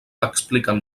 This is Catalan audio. expliquen